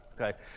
Okay